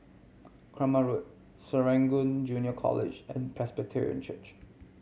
Kramat Road Serangoon Junior College and Presbyterian Church